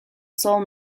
sole